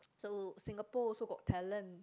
so Singapore also got talent